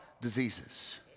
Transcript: diseases